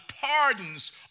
pardons